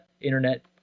internet